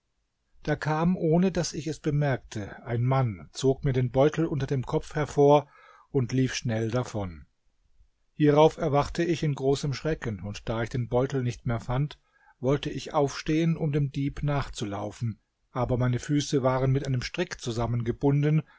da kam ohne daß ich es bemerkte ein mann zog mir den beutel unter dem kopf hervor und lief schnell davon hierauf erwachte ich in großem schrecken und da ich den beutel nicht mehr fand wollte ich aufstehen um dem dieb nachzulaufen aber meine füße waren mit einem strick zusammengebunden